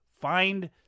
find